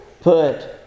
put